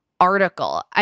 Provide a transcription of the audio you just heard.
article